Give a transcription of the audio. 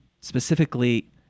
specifically